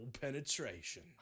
penetration